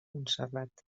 montserrat